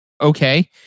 okay